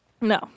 No